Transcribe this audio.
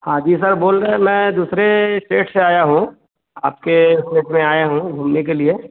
हाँ जी सर बोल रहे हैं मैं दूसरे स्टेट से आया हूँ आपके स्टेट में आया हूँ घूमने के लिए